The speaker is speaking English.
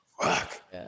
fuck